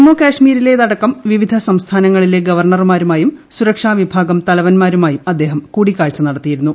ജമ്മു കശ്മീരിലേതടക്കം വിവിധ സംസ്ഥാനങ്ങളിലെ ഗവർണർമാരുമായും സുരക്ഷാവിഭാഗം തലവൻമാരുമായും അദ്ദേഹം കൂടിക്കാഴ്ച്ച നടത്തിയിരുന്നു